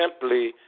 simply